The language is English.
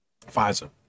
Pfizer